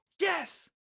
Yes